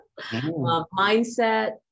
mindset